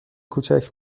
کوچک